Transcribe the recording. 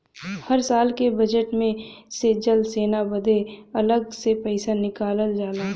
हर साल के बजेट मे से जल सेना बदे अलग से पइसा निकालल जाला